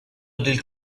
del